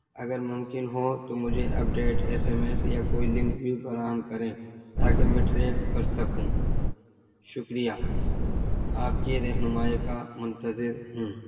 اگر ممکن ہوں تو مجھے اپڈیٹ ایس ایم ایس یا کوئی لنک بھی فراہم کریں تاکہ میں ٹریک کر سکوں شکریہ آپ کی رہنمائی کا منتظر ہوں